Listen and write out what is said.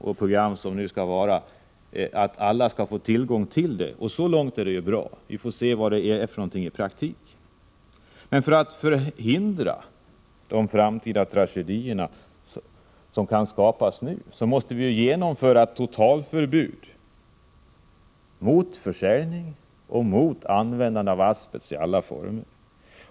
Så långt är det ju bra. Jag har inte närmare studerat programmet, men vi får se vad det är för någonting i praktiken. Men för att förhindra att framtida tragedier skapas nu, måste vi genomföra totalförbud mot försäljning och användande av asbest i alla former.